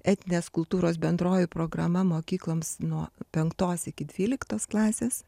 etninės kultūros bendroji programa mokykloms nuo penktos iki dvyliktos klasės